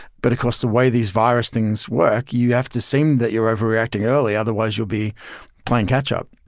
but of course the way these virus things work, you have to seem that you're overreacting early, otherwise you'll be playing catch up.